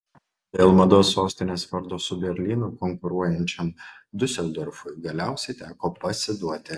dėl mados sostinės vardo su berlynu konkuruojančiam diuseldorfui galiausiai teko pasiduoti